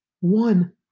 One